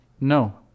no